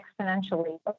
exponentially